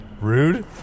Rude